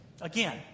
Again